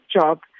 job